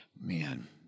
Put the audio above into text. man